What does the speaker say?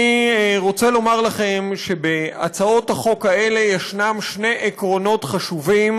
אני רוצה לומר לכם שבהצעות החוק האלה יש שני עקרונות חשובים,